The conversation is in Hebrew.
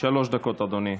שלוש דקות, אדוני.